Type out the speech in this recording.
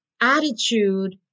attitude